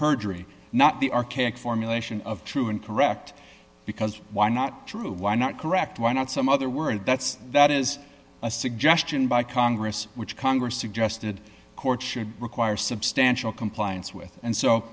perjury not the archaic formulation of true and correct because why not true why not correct why not some other word that's that is a suggestion by congress which congress suggested courts should require substantial compliance with and so